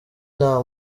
nta